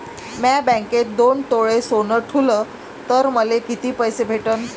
म्या बँकेत दोन तोळे सोनं ठुलं तर मले किती पैसे भेटन